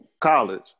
college